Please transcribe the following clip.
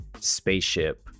Spaceship